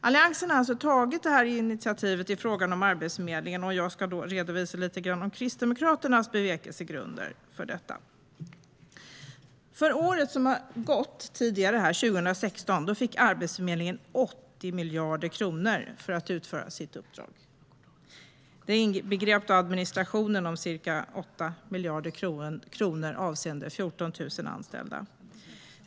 Alliansen har alltså tagit detta initiativ gällande Arbetsförmedlingen, och jag ska redovisa Kristdemokraternas bevekelsegrunder för detta. För året som gått, 2016, fick Arbetsförmedlingen 80 miljarder kronor för att utföra sitt uppdrag. Det inbegrep administration för ca 8 miljarder kronor avseende 14 000 anställda.